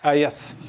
ah yes?